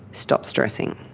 stop stressing.